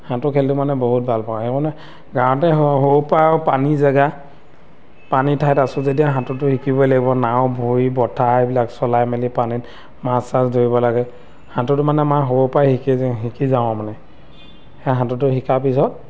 সাঁতোৰ খেলটো মানে বহুত ভাল পাওঁ সেইকাৰণে গাঁৱতে সৰুৰেপৰা আৰু পানী জেগা পানী ঠাইত আছোঁ যেতিয়া সাঁতোৰটো শিকিবই লাগিব নাও ভৰি বঠা এইবিলাক চলাই মেলি পানীত মাছ চাছ ধৰিব লাগে সাঁতোৰটো মানে আমাৰ সৰুৰপৰাই শিকি শিকি যাওঁ আৰু মানে সেই সাঁতোৰটো শিকাৰ পিছত